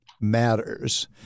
matters